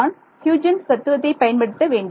நான் ஹியூஜென்ஸ் தத்துவத்தை பயன்படுத்த வேண்டும்